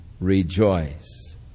rejoice